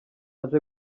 aje